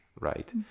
Right